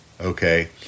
Okay